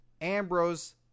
Ambrose